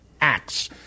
acts